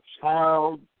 child